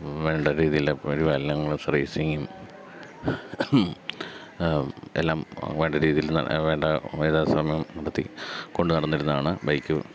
വേണ്ട രീതിയിൽ റേസിങ്ങും എല്ലാം വേണ്ട രീതിയിൽ വേണ്ടത് യഥാസമയം നടത്തി കൊണ്ട് നടന്നിരുന്നതാണ് ബൈക്ക്